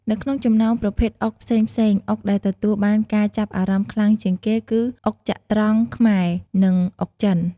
នៅក្នុងចំណោមប្រភេទអុកផ្សេងៗ អុកដែលទទួលបានការចាប់អារម្មណ៍ខ្លាំងជាងគេគឺ អុកចត្រង្គខ្មែរ និង អុកចិន ។